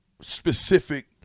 specific